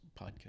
podcast